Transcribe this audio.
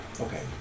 okay